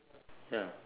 ya